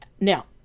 now